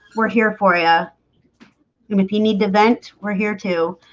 we're here for you if you need to vent, we're here too